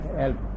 help